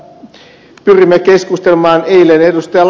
tästä pyrimme keskustelemaan eilen ed